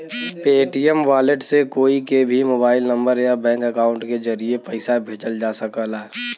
Paytm wallet से कोई के भी मोबाइल नंबर या बैंक अकाउंट के जरिए पइसा भेजल जा सकला